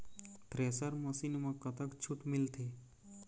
Thresher machine म कतक छूट मिलथे?